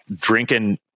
drinking